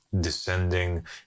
descending